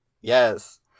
Yes